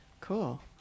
cool